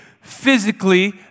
physically